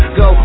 go